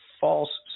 false